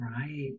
Right